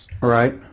Right